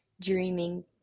dreaming